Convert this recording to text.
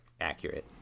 accurate